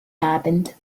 happened